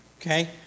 okay